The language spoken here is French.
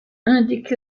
indique